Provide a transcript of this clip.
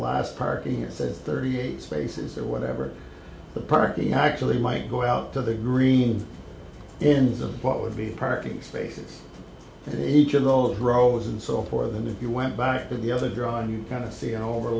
last parking it says thirty eight spaces or whatever the parking actually might go out to the green ends of what would be a parking spaces in each of those rows and so for them if you went back to the other drawing you kind of see an over